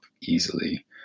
easily